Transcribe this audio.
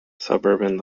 suburban